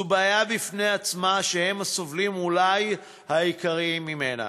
זו בעיה בפני עצמה שהם אולי הסובלים העיקריים ממנה.